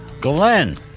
Glenn